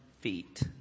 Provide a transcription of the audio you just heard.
feet